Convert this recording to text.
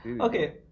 Okay